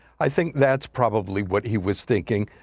i think that's probably what he was thinking.